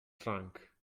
trunk